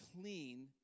clean